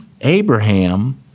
Abraham